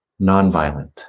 nonviolent